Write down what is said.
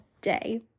day